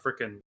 freaking –